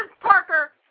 Parker